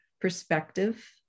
perspective